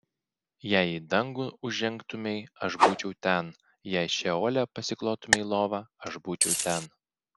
jei į dangų užžengtumei aš būčiau ten jei šeole pasiklotumei lovą aš būčiau ten